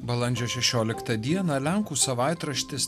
balandžio šešioliktą dieną lenkų savaitraštis